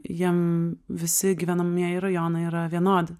jiem visi gyvenamieji rajonai yra vienodi